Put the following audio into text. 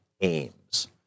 aims